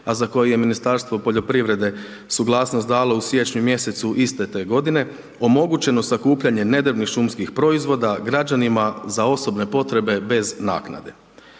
a za koje je Ministarstvo poljoprivrede suglasnost dalo u siječnju mjesecu iste te godine, omogućeno sakupljanje nedrvnih šumskih proizvoda građanima za osobne potrebe bez naknade.